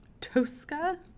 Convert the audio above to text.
Tosca